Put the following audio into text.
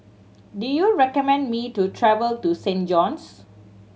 do you recommend me to travel to Saint John's